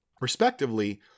respectively